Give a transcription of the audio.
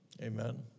Amen